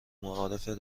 معارف